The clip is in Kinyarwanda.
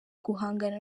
guhangana